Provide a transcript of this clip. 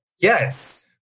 Yes